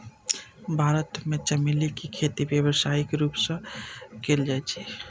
भारत मे चमेली के खेती व्यावसायिक रूप सं कैल जाइ छै